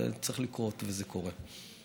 זה צריך לקרות וזה קורה.